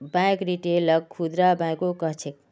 bank रिटेलक खुदरा बैंको कह छेक